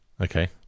Okay